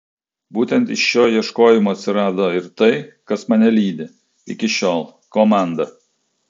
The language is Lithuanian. būtent iš šio ieškojimo atsirado ir tai kas mane lydi iki šiol komanda